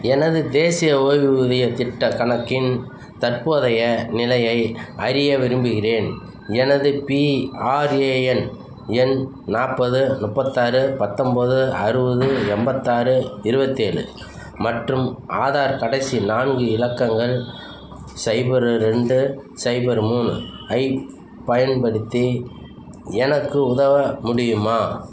எனது தேசிய ஓய்வூதிய திட்டக் கணக்கின் தற்போதைய நிலையை அறிய விரும்புகின்றேன் எனது பிஆர்ஏஎன் எண் நாற்பது முப்பத்தாறு பத்தொம்போது அறுபது எண்பத்தாறு இருபத்தேலு மற்றும் ஆதார் கடைசி நான்கு இலக்கங்கள் சைபர் ரெண்டு சைபர் மூணு ஐப் பயன்படுத்தி எனக்கு உதவ முடியுமா